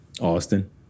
Austin